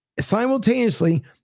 simultaneously